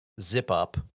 zip-up